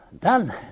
done